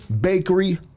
bakery